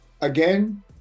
again